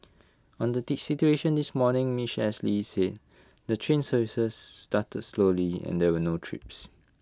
on the situation this morning miss Ashley said the train services started slowly and there were no trips